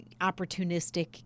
opportunistic